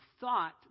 thought